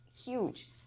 huge